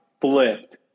flipped